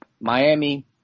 Miami